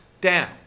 down